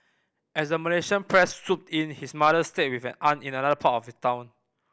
as the Malaysian press swooped in his mother stayed with an aunt in another part of town